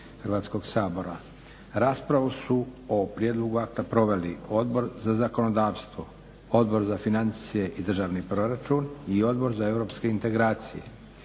Hrvatskog sabora. Raspravu su o prijedlogu akta proveli Odbor za zakonodavstvo, Odbor za financije i državni proračun i Odbor za Europske integracije.